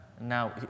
now